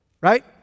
Right